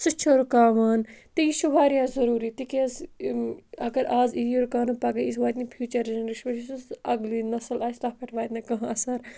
سُہ چھُ رُکاوان تہٕ یہِ چھُ واریاہ ضروٗری تِکیٛازِ اَگر آز یی رُکانہٕ پَگاہ ایٖی واتہِ نہٕ فیوٗچَر جَنریشَن یُس اَگلی نَسل آسہِ تَتھ پیٚٹھ واتہِ نہٕ کانٛہہ اَثَر